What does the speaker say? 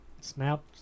snap